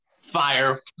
fire